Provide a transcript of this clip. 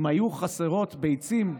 אם היו חסרות ביצים,